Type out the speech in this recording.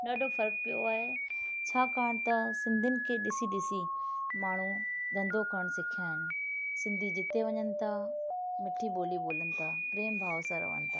ॾाढो फर्क़ु पियो आहे छाकाणि त सिंधियुनि खे ॾिसी ॾिसी माण्हू धंधो करण सिखिया आहिनि सिंधी जिते वञनि था मिठी ॿोली ॿोलनि था प्रेम भाव सां रहनि था